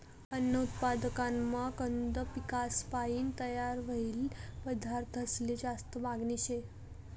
अन्न उत्पादनमा कंद पिकेसपायीन तयार व्हयेल पदार्थंसले जास्ती मागनी शे